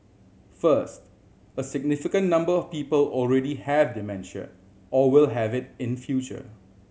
first a significant number of people already have dementia or will have it in future